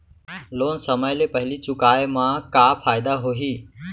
Loan समय ले पहिली चुकाए मा का फायदा होही?